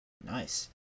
Nice